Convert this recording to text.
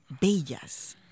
bellas